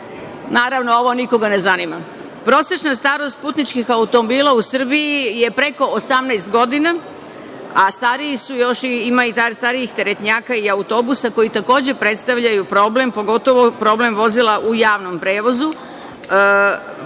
Naravno, ovo nikoga ne zanima. Prosečna starost putničkih automobila u Srbiji je preko 18 godina, a ima i starijih teretnjaka i autobusa, koji takođe predstavljaju problem, pogotovo problem vozila u javnom prevozu,